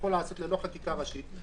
שיכול לעשות ללא חקיקה ראשית,